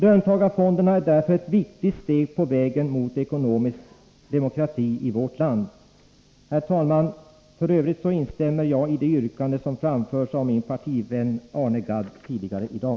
Löntagarfonderna är därför ett viktigt steg på vägen mot ekonomisk demokrati i vårt land. Herr talman! För övrigt instämmer jag i det yrkande som framförts av min partivän Arne Gadd tidigare i dag.